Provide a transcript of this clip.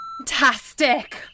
Fantastic